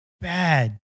bad